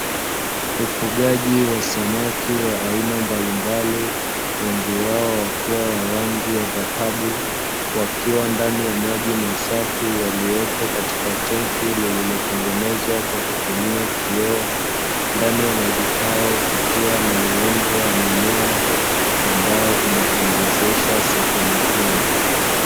Ufugaji wa samaki wa aina mbalimbali wengi wao wakiwa wa rangi ya dhahabu, wakiwa ndani ya maji masafi yaliyopo katika tenki lililotengenezwa kwa kutumia kioo, ndani ya maji hayo kukiwa na urembo wa mimea ambao unapendezesha sehemu hiyo.